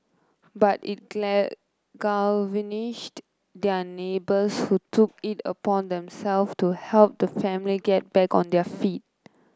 but it their neighbours who took it upon themself to help the family get back on their feet